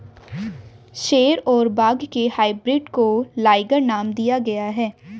शेर और बाघ के हाइब्रिड को लाइगर नाम दिया गया है